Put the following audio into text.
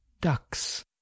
ducks